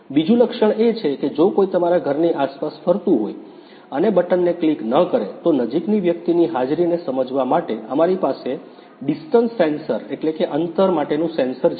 બીજું લક્ષણ એ છે કે જો કોઈ તમારા ઘરની આસપાસ ફરતું હોય અને બટનને ક્લિક ન કરે તો નજીકની વ્યક્તિની હાજરીને સમજવા માટે અમારી પાસે અંતર સેન્સર છે